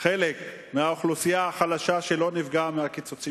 חלק מהאוכלוסייה החלשה שלא נפגע מהקיצוצים